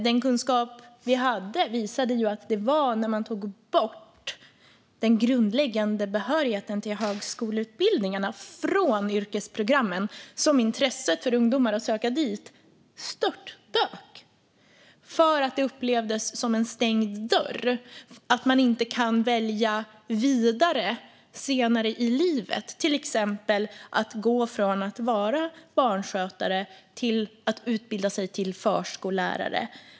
Den kunskap vi hade visade ju att det var när man tog bort den grundläggande behörigheten till högskoleutbildning från yrkesprogrammen som intresset bland ungdomar att söka dit störtdök. Det upplevdes som en stängd dörr att inte kunna välja vidare senare i livet, till exempel gå från att vara barnskötare till att utbilda sig till förskollärare.